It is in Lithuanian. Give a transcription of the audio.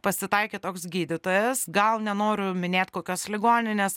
pasitaikė toks gydytojas gal nenoriu minėt kokios ligoninės